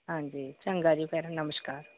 ਹਾਂਜੀ ਚੰਗਾ ਜੀ ਫਿਰ ਨਮਸਕਾਰ